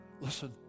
Listen